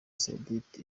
saoudite